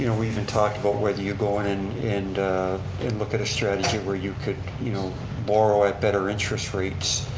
and we even talked about whether you go in in and look at a strategy where you could you know borrow at better interest rates,